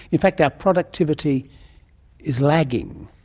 in fact, our productivity is lagging,